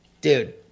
Dude